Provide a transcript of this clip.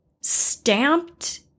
stamped